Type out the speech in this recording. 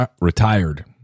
retired